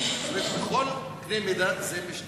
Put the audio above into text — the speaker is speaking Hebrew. בכל קנה מידה זה משתלם.